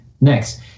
Next